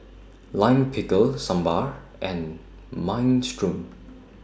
Lime Pickle Sambar and Minestrone